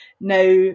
Now